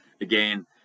again